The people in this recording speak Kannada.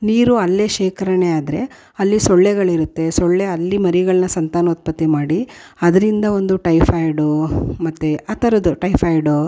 ನೀರು ಅಲ್ಲಿಯೇ ಶೇಖರ್ಣೆ ಆದರೆ ಅಲ್ಲಿ ಸೊಳ್ಳೆಗಳಿರುತ್ತೆ ಸೊಳ್ಳೆ ಅಲ್ಲಿ ಮರಿಗಳನ್ನ ಸಂತಾನೋತ್ಪತ್ತಿ ಮಾಡಿ ಅದರಿಂದ ಒಂದು ಟೈಫಾಯ್ಡು ಮತ್ತು ಆ ಥರದ್ದು ಟೈಫಾಯ್ಡು